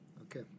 Okay